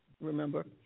remember